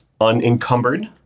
unencumbered